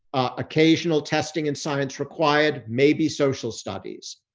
occasional testing and science required, maybe social studies,